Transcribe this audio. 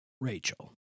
Rachel